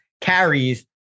carries